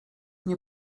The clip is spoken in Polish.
nie